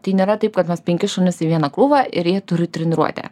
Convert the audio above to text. tai nėra taip kad mes penkis šunis į vieną krūvą ir jie turi treniruotę